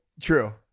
True